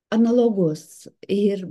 analogus ir